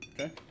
Okay